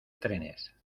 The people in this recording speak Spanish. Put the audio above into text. trenes